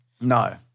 No